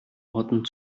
orten